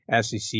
SEC